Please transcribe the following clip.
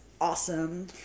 awesome